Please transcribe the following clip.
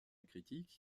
critique